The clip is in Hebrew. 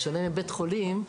בשונה מבית חולים,